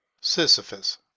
Sisyphus